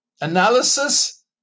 analysis